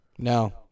No